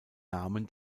namen